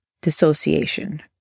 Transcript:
dissociation